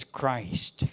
Christ